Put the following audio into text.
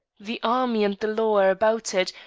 the army and the law are about it,